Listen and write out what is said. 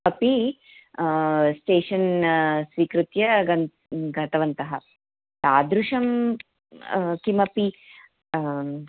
अपि स्टेशन् स्वीकृत्य गन् गतवन्तः तादृशं किमपि